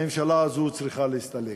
הממשלה הזאת צריכה להסתלק.